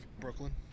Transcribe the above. Brooklyn